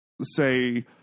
say